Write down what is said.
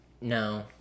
No